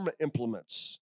implements